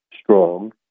strong